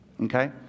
Okay